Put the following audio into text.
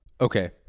Okay